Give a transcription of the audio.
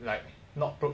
like not pro~